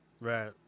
Right